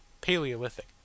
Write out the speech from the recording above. paleolithic